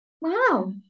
Wow